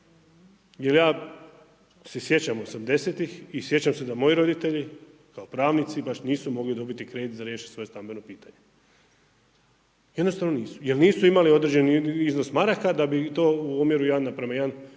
Jer ja se sjećam '80.-tih i sjećam se da moji roditelji kao pravnici baš nisu mogli dobiti kredit za riješiti svoje stambeno pitanje, jednostavno nisu jer nisu imali određeni iznos maraka da bi to u omjeru 1:1